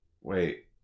wait